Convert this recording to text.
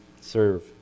serve